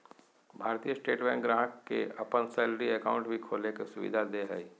भारतीय state bank ग्राहक के अपन सैलरी अकाउंट भी खोले के सुविधा दे हइ